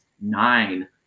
nine